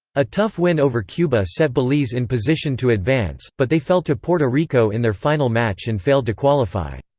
a tough win over cuba set belize in position to advance, but they fell to puerto rico in their final match and failed to qualify.